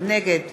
נגד